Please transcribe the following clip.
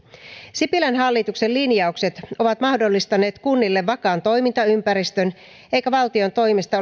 sipilän hallituksen linjaukset ovat mahdollistaneet kunnille vakaan toimintaympäristön eikä valtion toimesta